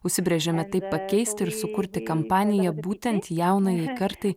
užsibrėžėme tai pakeisti ir sukurti kampaniją būtent jaunajai kartai